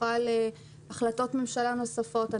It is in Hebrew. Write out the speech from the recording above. פתוחה להחלטות ממשלה נוספות.